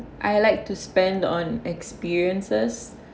I like to spend on experiences